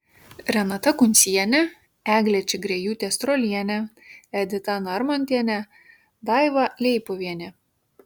renata kuncienė eglė čigriejūtė strolienė edita narmontienė daiva leipuvienė